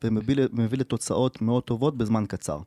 ומביא לתוצאות מאוד טובות בזמן קצר.